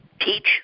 teach